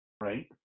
Right